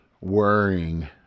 worrying